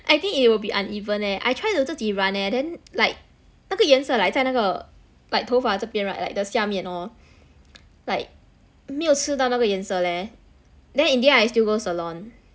I think it will be uneven leh I try to 自己染 eh then like 那个颜色 like 在那个 like 头发这边 right like the 下面 lor like 没有吃到那个颜色 leh then in the end I still go salon